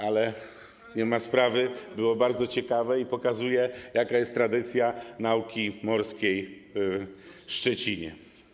Ale nie ma sprawy, bo było bardzo ciekawe i pokazało, jaka jest tradycja nauki morskiej w Szczecinie.